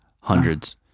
hundreds